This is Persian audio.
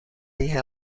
این